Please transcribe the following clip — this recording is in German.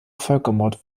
völkermord